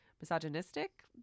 misogynistic